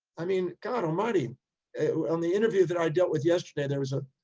i mean, god almighty on the interview that i dealt with yesterday, there was a,